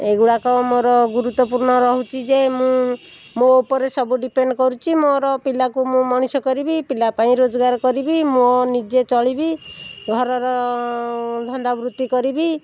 ଏଗୁଡ଼ାକ ମୋର ଗୁରୁତ୍ଵପୂର୍ଣ୍ଣ ରହୁଛି ଯେ ମୁଁ ମୋ ଉପରେ ସବୁ ଡିପେଣ୍ଡ କରୁଛି ମୋର ପିଲାକୁ ମୁଁ ମଣିଷ କରିବି ପିଲାପାଇଁ ରୋଜଗାର କରିବି ମୋ ନିଜେ ଚଳିବି ଘରର ଧନ୍ଦାବୃତ୍ତି କରିବି